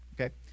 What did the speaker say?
Okay